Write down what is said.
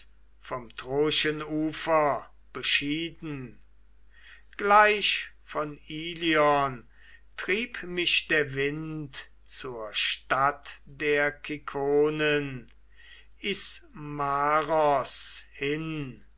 vom troischen ufer beschieden gleich von ilion trieb mich der wind zur stadt der kikonen ismaros hin